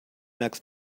next